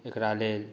एकरा लेल